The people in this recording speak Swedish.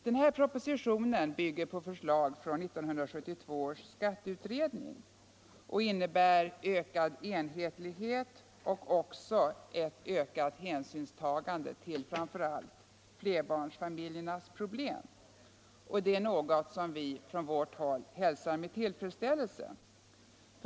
Denna proposition bygger på förslag från 1972 års skatteutredning och innebär ökad enhetlighet och även ökat hänsynstagande till framför allt flerbarnsfamiljernas problem. Det är något som vi hälsar med tillfredsställelse.